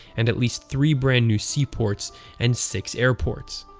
and at least three brand new seaports and six airports.